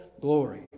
glory